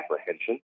apprehension